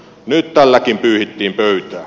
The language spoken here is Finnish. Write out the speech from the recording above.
nyt tälläkin pyyhittiin pöytää